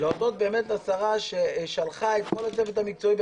להודות לשרה ששלחה את כל הצוות המקצועי.